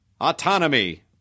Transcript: autonomy